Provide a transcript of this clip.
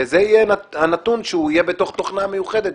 וזה יהיה הנתון שהוא יהיה בתוך תוכנה מיוחדת,